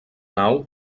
nau